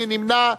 מי נמנע?